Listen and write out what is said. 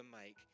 make